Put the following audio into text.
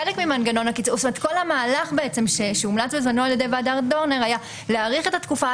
כל המהלך שהומלץ בזמנו על ידי ועדת דורנר היה להאריך את התקופה,